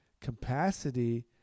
capacity